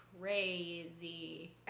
crazy